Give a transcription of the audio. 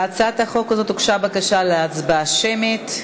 להצעת החוק הזאת הוגשה בקשה להצבעה שמית.